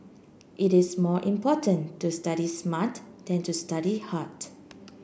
it is more important to study smart than to study hard